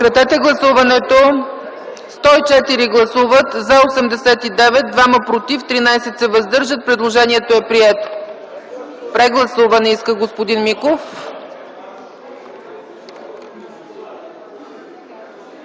Прегласуване – господин Миков.